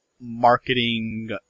marketing